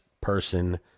person